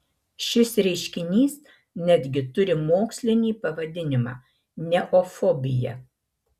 šis reiškinys netgi turi mokslinį pavadinimą neofobija